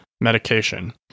medication